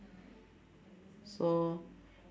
so